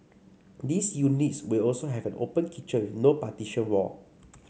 these units will also have an open kitchen no partition wall